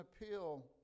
appeal